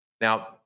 Now